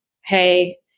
Hey